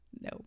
No